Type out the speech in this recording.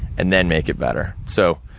and then make it better, so